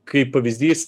kaip pavyzdys